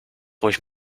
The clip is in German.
ruhig